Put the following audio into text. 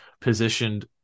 positioned